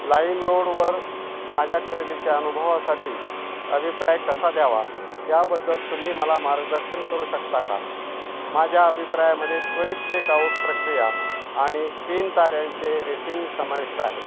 लाईमरोडवर माझ्या खरेदीच्या अनुभवासाठी अभिप्राय कसा द्यावा याबद्दल तुम्ही मला मार्गदर्शन करू शकता का माझ्या अभिप्रायामध्ये त्वरित चेकआऊट प्रक्रिया आणि तीन ताऱ्यांचे रेटींग समाविष्ट आहे